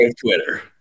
Twitter